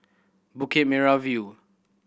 Bukit Merah View